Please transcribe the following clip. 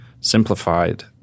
simplified